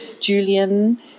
Julian